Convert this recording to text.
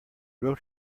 wrote